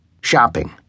Shopping